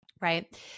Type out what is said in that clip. right